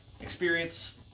Experience